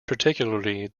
particularly